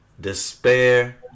despair